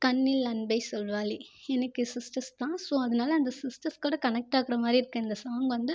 கண்ணில் அன்பை சொல்வாளே எனக்கு சிஸ்டர்ஸ் தான் ஸோ அதனால அந்த சிஸ்டர்ஸ் கூட கனெக்ட் ஆகிற மாதிரி இருக்கு இந்த சாங் வந்து